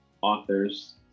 authors